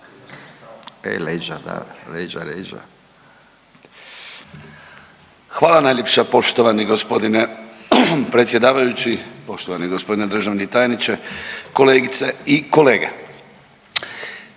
**Dretar, Davor (DP)** Hvala najljepša poštovani gospodine predsjedavajući, poštovani gospodine državni tajniče, kolegice i kolege.